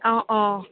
অঁ অঁ